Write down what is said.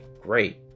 great